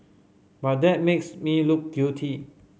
but that makes me look guilty